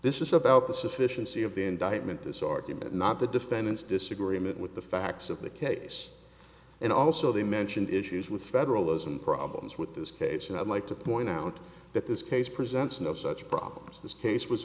this is about the sufficiency of the indictment this argument not the defendant's disagreement with the facts of the case and also they mentioned issues with federalism problems with this case and i'd like to point out that this case presents no such problems this case was